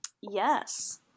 Yes